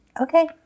Okay